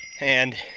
and